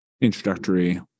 introductory